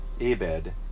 Abed